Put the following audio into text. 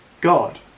God